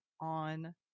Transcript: on